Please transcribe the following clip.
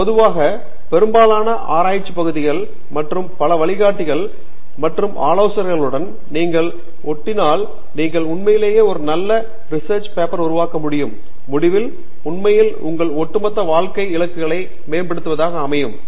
பொதுவாக பெரும்பாலான ஆராய்ச்சிப் பகுதிகள் மற்றும் பல வழிகாட்டிகள் மற்றும் ஆலோசகர்களுடன் நீங்கள் ஓட்டினால் நீங்கள் உண்மையிலேயே ஒரு நல்ல ரிசெர்ச் பேப்பர் உருவாக்க முடியும் முடிவில் உண்மையில் உங்கள் ஒட்டுமொத்த வாழ்க்கை இலக்குகளை மேம்படுத்துவதற்கு பயன்படுத்தலாம்